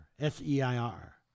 S-E-I-R